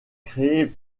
créée